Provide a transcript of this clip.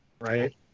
right